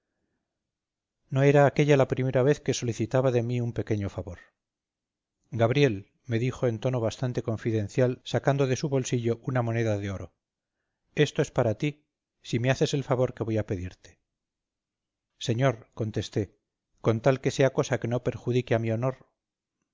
no era aquélla la primera vez que solicitaba de mí un pequeño favor gabriel me dijo en tono bastante confidencial sacando de su bolsillo una moneda de oro esto es para ti si me haces el favor que voy a pedirte señor contesté con tal que sea cosa que no perjudique a mi honor